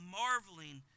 marveling